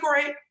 great